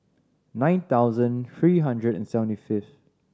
nine thousand three hundred and seventy fifth